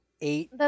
Eight